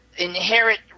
inherit